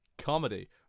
comedy